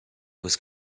was